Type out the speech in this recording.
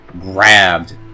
grabbed